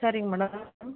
சரிங்க மேடம்